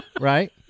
right